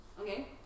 okay